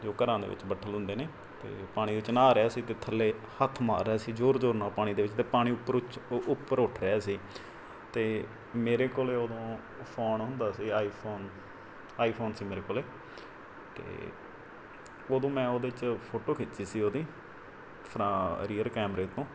ਜੋ ਘਰਾਂ ਦੇ ਵਿੱਚ ਬੱਠਲ ਹੁੰਦੇ ਨੇ ਅਤੇ ਪਾਣੀ ਵਿੱਚ ਨਹਾ ਰਿਹਾ ਸੀ ਅਤੇ ਥੱਲੇ ਹੱਥ ਮਾਰ ਰਿਹਾ ਸੀ ਜ਼ੋਰ ਜ਼ੋਰ ਨਾਲ ਪਾਣੀ ਦੇ ਵਿੱਚ ਅਤੇ ਪਾਣੀ ਉੱਪਰ ਉੱਛ ਉੱਪਰ ਉੱਠ ਰਿਹਾ ਸੀ ਅਤੇ ਮੇਰੇ ਕੋਲ ਉਦੋਂ ਫੋਨ ਹੁੰਦਾ ਸੀ ਆਈਫੋਨ ਆਈਫੋਨ ਸੀ ਮੇਰੇ ਕੋਲ ਅਤੇ ਉਦੋਂ ਮੈਂ ਉਹਦੇ 'ਚ ਫੋਟੋ ਖਿੱਚੀ ਸੀ ਉਹਦੀ ਆਪਣਾ ਰੀਅਰ ਕੈਮਰੇ ਤੋਂ